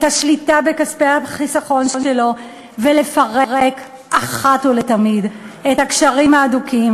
השליטה בכספי החיסכון שלו ולפרק אחת ולתמיד את הקשרים ההדוקים,